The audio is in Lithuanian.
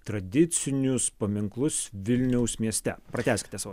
tradicinius paminklus vilniaus mieste pratęskite savo